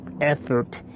effort